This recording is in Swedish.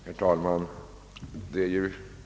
Herr talman!